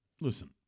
listen